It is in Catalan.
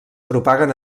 propaguen